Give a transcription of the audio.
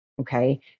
Okay